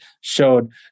showed